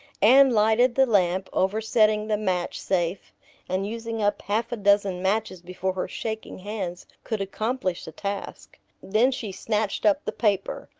anne lighted the lamp, oversetting the match safe and using up half a dozen matches before her shaking hands could accomplish the task. then she snatched up the paper.